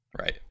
Right